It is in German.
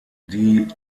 die